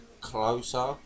closer